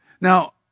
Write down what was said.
now